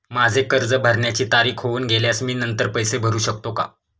माझे कर्ज भरण्याची तारीख होऊन गेल्यास मी नंतर पैसे भरू शकतो का?